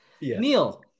Neil